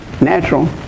natural